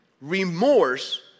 remorse